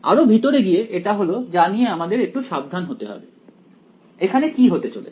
আরো ভিতরে গিয়ে এটা হল যা নিয়ে আমাদের একটু সাবধান হতে হবে এখানে কি হতে চলেছে